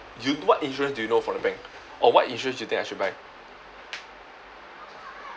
you do what insurance do you know for a bank or what insurance do you think I should buy